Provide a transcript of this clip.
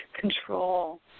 control